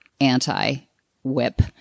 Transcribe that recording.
anti-whip